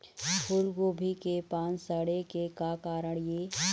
फूलगोभी के पान सड़े के का कारण ये?